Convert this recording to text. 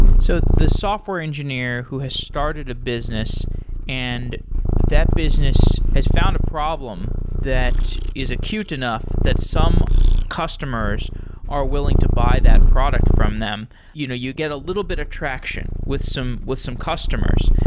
so the software engineer who has started a business and that business has found a problem that is acute enough that some customers are willing to buy that product from them. you know you get a little bit of traction with some with some customers.